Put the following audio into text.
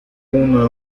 una